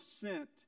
sent